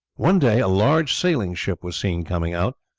one day a large sailing ship was seen coming out.